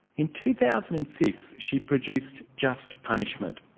in two thousand and six she produced just punishment,